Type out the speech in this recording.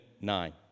nine